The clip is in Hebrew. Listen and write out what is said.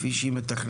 כפי שהיא מתכננת,